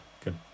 good